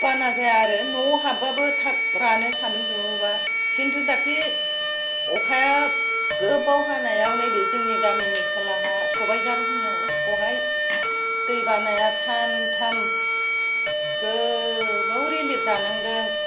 बाना जाया आरो नआव हाबबाबो थाब रानो सानदुं दुङोबा खिनथु दाख्लि अखाया गोबाव हानायाव जोंनि गामिनि खोलाहा सबायजार होनो बहाय दैबानाया सानथाम गोबाव रिलिफ जानांदों